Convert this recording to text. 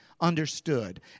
understood